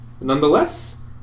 Nonetheless